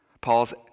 Paul's